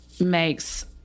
makes